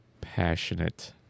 passionate